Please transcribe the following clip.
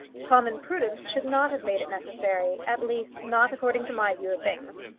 common prudence should not have made it necessary at least not according to my view of things.